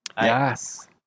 yes